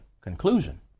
conclusion